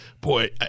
boy